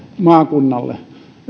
maakunnalle